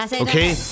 Okay